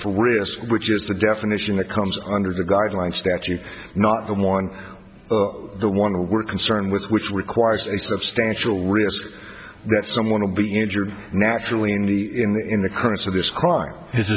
for risk which is the definition that comes under the guidelines that you are not the one the one we're concerned with which requires a substantial risk that someone will be injured naturally in the in the currents of this crime his